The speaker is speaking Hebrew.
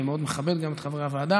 אני מאוד מכבד גם את חברי הוועדה,